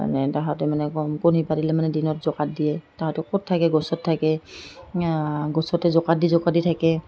মানে সিহঁতে মানে কণী পাতিলে মানে দিনত দিয়ে সিহঁতে ক'ত থাকে গছত থাকে গছতে দি জোক দি থাকে